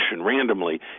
randomly